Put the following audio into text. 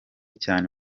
cyane